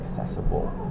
accessible